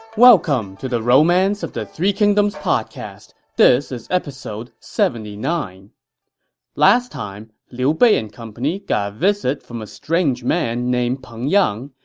welcome to the romance of the three kingdoms podcast. this is episode seventy nine point last time, liu bei and company got a visit from a strange man named peng yang,